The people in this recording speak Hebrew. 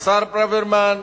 לשר ברוורמן,